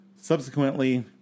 Subsequently